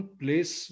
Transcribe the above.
place